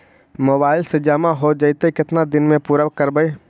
Mobile से जामा हो जैतय, केतना दिन में पुरा करबैय?